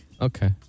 Okay